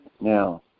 Now